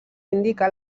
indica